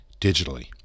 digitally